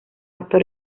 actor